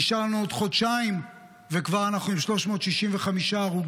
נשארו לנו עוד חודשיים וכבר אנחנו עם 365 הרוגים.